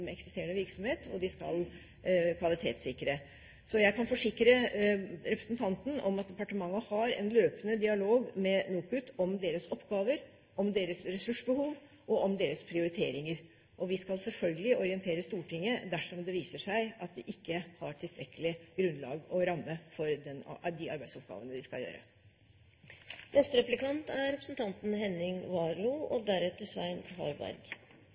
eksisterende virksomhet og kvalitetssikre. Jeg kan forsikre representanten om at departementet har en løpende dialog med NOKUT om deres oppgaver, om deres ressursbehov og om deres prioriteringer. Vi skal selvfølgelig orientere Stortinget dersom det viser seg at de ikke har tilstrekkelig grunnlag og ramme for de arbeidsoppgavene de skal gjøre. Jeg vil tilbake til gaveforsterkningsordningen, som er